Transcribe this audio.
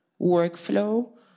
workflow